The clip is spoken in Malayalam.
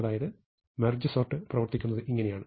അതായത് മെർജ് സോർട്ട് പ്രവർത്തിക്കുന്നത് ഇങ്ങനെയാണ്